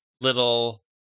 little